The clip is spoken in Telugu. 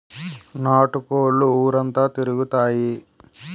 నాటు కోళ్లు ఊరంతా తిరుగుతాయి